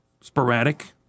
sporadic